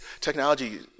technology